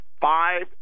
five